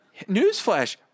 Newsflash